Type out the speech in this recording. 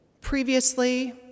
previously